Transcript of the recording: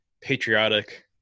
patriotic